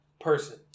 person